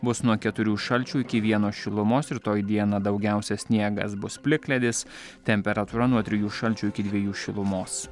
bus nuo keturių šalčio iki vieno šilumos rytoj dieną daugiausia sniegas bus plikledis temperatūra nuo trijų šalčio iki dviejų šilumos